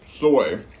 soy